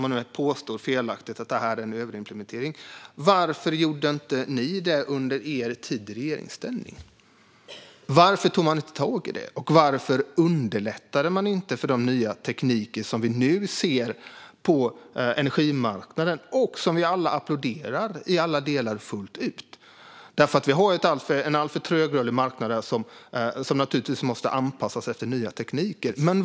Man påstår ju - felaktigt - att detta är en överimplementering. Varför gjorde man inte detta under sin tid i regeringsställning? Varför tog man inte tag i det? Varför underlättade man inte för de nya tekniker som vi nu ser på energimarknaden och som vi alla applåderar i alla delar och fullt ut? Vi har en alltför trögrörlig marknad som naturligtvis måste anpassas efter nya tekniker.